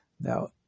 Now